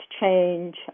change